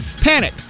panic